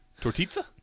Tortizza